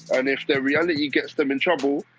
and if their reality gets them in trouble,